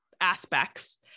aspects